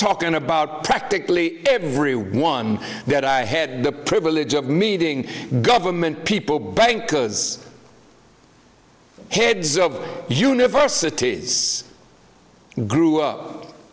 talking about practically everyone that i had the privilege of meeting government people bank because heads of universities grew up